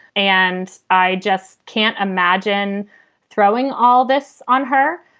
and i just can't imagine throwing all this on her.